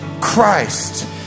Christ